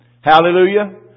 Hallelujah